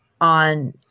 on